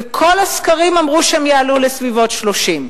וכל הסקרים אמרו שהם יעלו לסביבות 30,